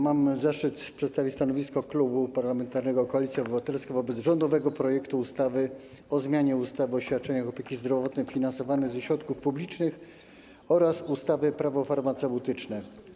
Mam zaszczyt przedstawić stanowisko Klubu Parlamentarnego Koalicja Obywatelska wobec rządowego projektu ustawy o zmianie ustawy o świadczeniach opieki zdrowotnej finansowanych ze środków publicznych oraz ustawy - Prawo farmaceutyczne.